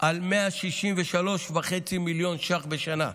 על 163.5 מיליון ש"ח בשנה.